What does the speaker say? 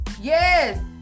yes